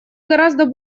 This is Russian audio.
гораздо